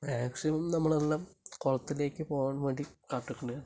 maximum നമ്മളെല്ലാം കുളത്തിലേക്ക് പോകാൻ വേണ്ടി കാത്തു നില്ക്കണയാണ്